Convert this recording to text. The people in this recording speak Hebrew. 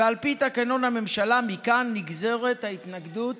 ועל פי תקנון הממשלה נגזרת מכאן התנגדות